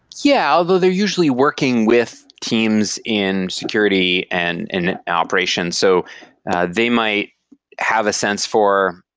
yeah, although they're usually working with teams in security and in an operation. so they might have a sense for,